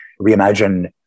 reimagine